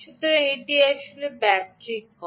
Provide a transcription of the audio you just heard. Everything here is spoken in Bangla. সুতরাং এটি আসলে ব্যাটারি কম